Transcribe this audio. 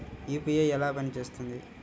UPI ఎలా పనిచేస్తుంది?